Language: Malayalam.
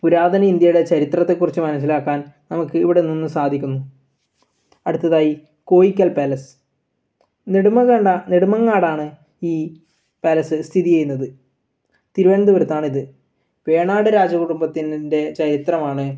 പുരാതന ഇന്ത്യയുടെ ചരിത്രത്തെക്കുറിച്ച് മനസ്സിലാക്കാൻ നമുക്ക് ഇവിടെ നിന്ന് സാധിക്കുന്നു അടുത്തതായി കോയിക്കൽ പാലസ് നെടുമങ്ങണ്ട നെടുമങ്ങാടാണ് ഈ പാലസ് സ്ഥിതിചെയ്യുന്നത് തിരുവന്തപുരത്താണ് ഇത് വേണാട് രാജകുടുംബത്തിൻ്റെ ചരിത്രമാണ്